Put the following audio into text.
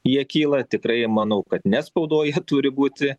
jie kyla tikrai manau kad ne spaudoj jie turi būti